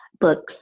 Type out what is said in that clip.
Books